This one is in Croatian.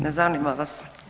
Ne zanima vas.